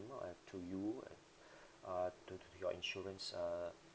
uh to you uh uh to to your insurance uh